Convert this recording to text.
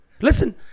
Listen